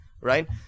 Right